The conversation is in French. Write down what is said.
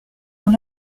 dans